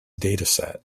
dataset